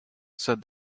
said